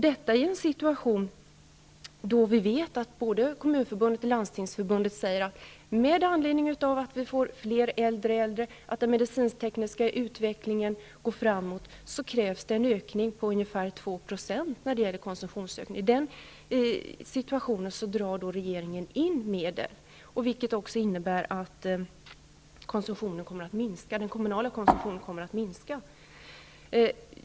Detta sker i en situation då både Kommunförbundet och Landstingsförbundet säger att med anledning av att vi får fler äldre och i och med att den medicinsk-tekniska utvecklingen går framåt krävs det en konsumtionsökning på ungefär 2 %. I den situationen drar regeringen in medel, vilket innebär att den kommunala konsumtionen kommer att minska.